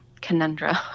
conundrum